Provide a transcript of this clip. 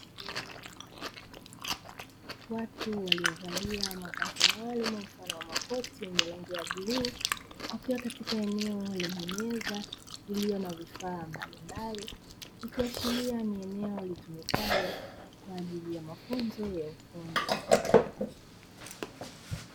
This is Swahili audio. Watu waliovalia mavazi maalumu mfano wa makoti yenye rangi ya bluu wakiwa katika eneo lenye meza lililo na vifaa mbalimbali, ikiashiria ni eneo litumikalo kwa ajili ya mafunzo ya ufundi.